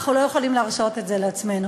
אנחנו לא יכולים להרשות את זה לעצמנו.